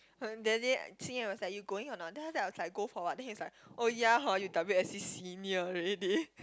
that day Xing-Ye was like you going or not then after that I was like go for what then he's like oh ya hor you W_S_C senior already